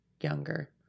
younger